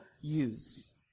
use